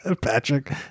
Patrick